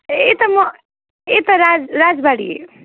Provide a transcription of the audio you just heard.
यता म यता राज राजबाडी